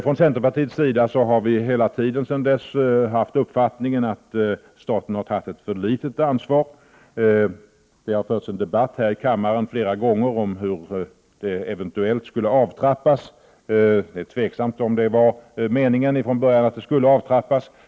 Inom centerpartiet har vi sedan dess haft uppfattningen att staten har tagit ett för litet ansvar. Det har flera gånger här i kammaren förts en debatt om hur det eventuellt skulle avtrappas. Från början var det osäkert om det skulle bli en avtrappning.